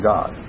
God